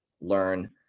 learn